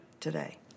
today